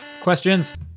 questions